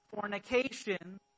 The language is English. fornication